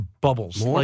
bubbles